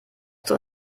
zur